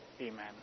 amen